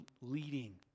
leading